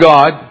God